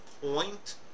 point